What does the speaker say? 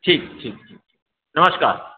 ठीक ठीक ठीक नमस्कार